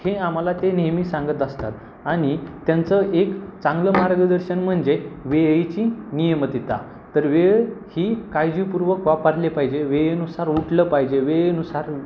हे आम्हाला ते नेहमी सांगत असतात आणि त्यांचं एक चांगलं मार्गदर्शन म्हणजे वेळेची नियमितता तर वेळ ही काळजीपूर्वक वापरले पाहिजे वेळेनुसार उठलं पाहिजे वेळेनुसार